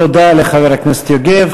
תודה לחבר הכנסת יוגב.